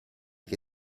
che